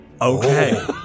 Okay